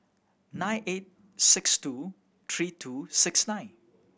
nine eight six two three two six nine